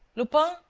lupin,